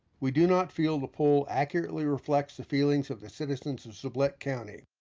we do not feel the poll accurately reflects the feelings of the citizens in sublette county.